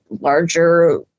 larger